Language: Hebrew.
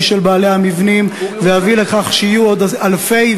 של בעלי המבנים ויביא לכך שיהיו עוד אלפי,